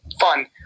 fun